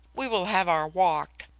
we will have our walk.